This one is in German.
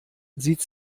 sieht